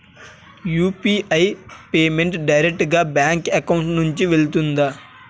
UPI payment direct గా bank account నుంచి వెళ్తుందా?